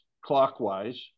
clockwise